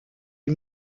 est